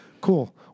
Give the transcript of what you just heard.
Cool